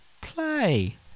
Play